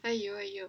!aiyo! !aiyo!